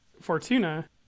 Fortuna